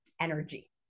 energy